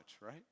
right